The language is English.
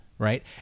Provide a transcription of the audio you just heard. Right